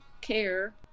care